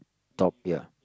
top ya